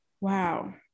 Wow